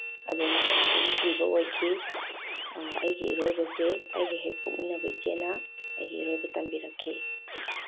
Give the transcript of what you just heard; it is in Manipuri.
ꯑꯗꯨ ꯑꯩꯅ ꯈ꯭ꯋꯥꯏꯗꯒꯤ ꯀꯤꯕ ꯑꯣꯏꯈꯤ ꯑꯩꯒꯤ ꯏꯔꯣꯏꯕꯁꯦ ꯑꯩꯒ ꯍꯦꯛ ꯄꯣꯛꯃꯤꯟꯅꯕ ꯏꯆꯦꯅ ꯑꯩꯒꯤ ꯏꯔꯣꯏꯕ ꯇꯝꯕꯤꯔꯛꯈꯤ